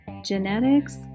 Genetics